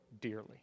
dearly